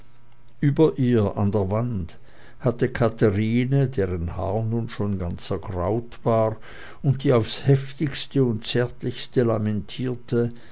über ihr an der wand hatte katherine deren haar nun schon ganz ergraut war und die aufs heftigste und zärtlichste lamentierte